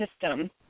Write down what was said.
system